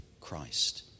Christ